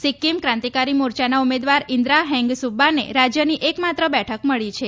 સિક્કિમ કાંતિકારી મોર્ચાના ઉમેદવાર ઇન્દ્રા હેંગ સુબ્બાને રાજ્યની એકમાત્ર બેઠક મળી છે